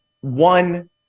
One